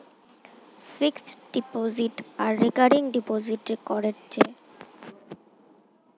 fixed deposit আর recurring ডিপোজিটে করের টাকা বাঁচানো যায়